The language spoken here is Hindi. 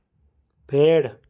पेड़